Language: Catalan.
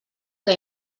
que